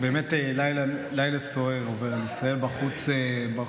לא מפריע לי.